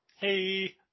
Hey